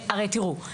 הרי תראו,